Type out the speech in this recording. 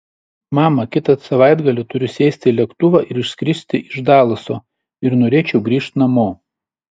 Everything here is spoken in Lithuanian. mama kitą savaitgalį turiu sėsti į lėktuvą ir išskristi iš dalaso ir norėčiau grįžt namo